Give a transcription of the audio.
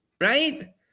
right